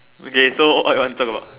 okay so what you want to talk about